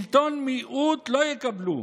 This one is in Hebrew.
שלטון מיעוט לא יקבלו.